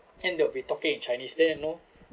tend they'll be talking in chinese then you know